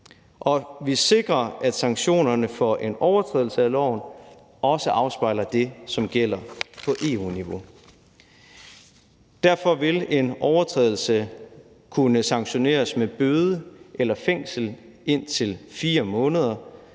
vi sikrer, at sanktionerne for en overtrædelse af loven også afspejler det, som gælder på EU-niveau. Derfor vil en overtrædelse kunne sanktioneres med bøde eller fængsel indtil 4 måneder